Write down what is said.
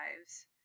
lives